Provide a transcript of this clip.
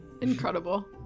incredible